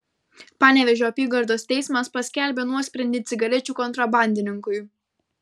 panevėžio apygardos teismas paskelbė nuosprendį cigarečių kontrabandininkui